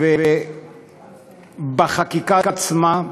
בחקיקה עצמה,